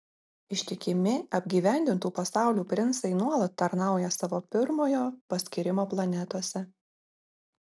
ištikimi apgyvendintų pasaulių princai nuolat tarnauja savo pirmojo paskyrimo planetose